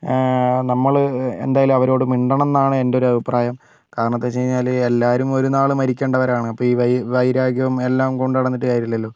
നമ്മൾ എന്തായാലും അവരോട് മിണ്ടണംന്നാണ് എൻ്റൊരു അഭിപ്രായം കാരണമെന്ന് വെച്ചുകഴിഞ്ഞാൽ എല്ലാവരും ഒരുനാൾ മരിക്കേണ്ടവരാണ് അപ്പോൾ ഈ വൈ വൈരാഗ്യവും എല്ലാം കൊണ്ട് നടന്നിട്ട് കാര്യമില്ലല്ലോ